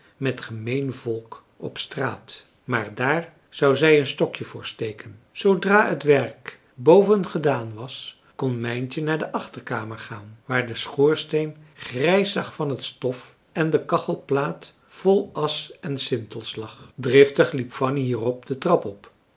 met gemeen volk op straat maar daar zou zij een stokje voor steken zoodra het werk boven gedaan was kon mijntje naar de achtermarcellus emants een drietal novellen kamer gaan waar de schoorsteen grijs zag van het stof en de kachelplaat vol asch en sintels lag driftig liep fanny hierop de trap op